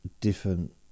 different